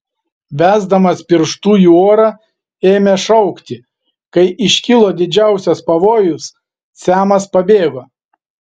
besdamas pirštu į orą ėmė šaukti kai iškilo didžiausias pavojus semas pabėgo